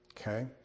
okay